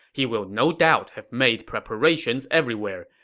he will no doubt have made preparations everywhere.